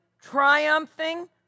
triumphing